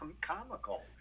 comical